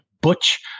Butch